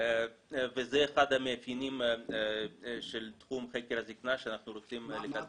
וזה אחד המאפיינים של תחום חקר הזקנה שאנחנו רוצים לקדם.